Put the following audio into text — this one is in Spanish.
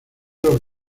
los